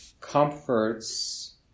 comforts